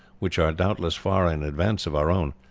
which are doubtless far in advance of our own.